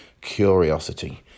curiosity